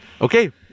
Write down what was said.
okay